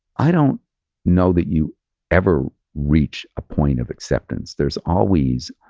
i don't know that you ever reach a point of acceptance. there's always,